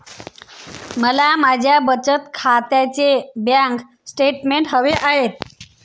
मला माझ्या बचत खात्याचे बँक स्टेटमेंट्स हवे आहेत